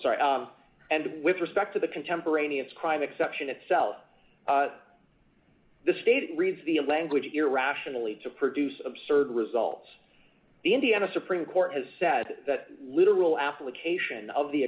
and with respect to the contemporaneous crime exception itself the state it reads the language irrationally to produce absurd results the indiana supreme court has said that literal application of the